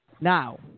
Now